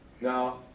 now